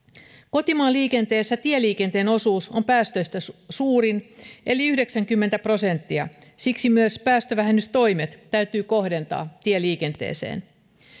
kotimaan liikenteessä tieliikenteen osuus on päästöistä suurin eli yhdeksänkymmentä prosenttia siksi myös päästövähennystoimet täytyy kohdentaa tieliikenteeseen